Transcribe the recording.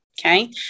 Okay